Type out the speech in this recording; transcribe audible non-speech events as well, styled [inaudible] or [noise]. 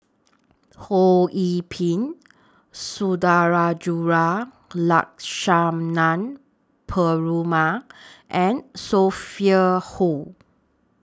Ho Yee Ping Sundarajulu Lakshmana Perumal [noise] and Sophia Hull